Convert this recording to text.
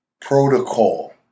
protocol